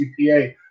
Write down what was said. CPA